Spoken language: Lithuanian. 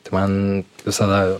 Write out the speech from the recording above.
tai man visada